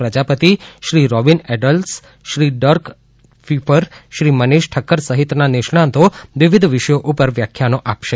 Prajapati Shri Robin Alders Shri Dirk Pfeiffer Shri Manish Thakkar સહિતના નિષ્ણીતો વિવિધ વિષયો ઉપર વ્યાખ્યાનો આપશે